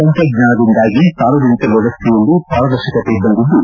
ತಂತ್ರಜ್ವಾನದಿಂದಾಗಿ ಸಾರ್ವಜನಿಕ ವ್ಯವಸ್ಥೆಯಲ್ಲಿ ಪಾರದರ್ಶಕತೆ ಬಂದಿದ್ದು